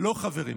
לא, חברים.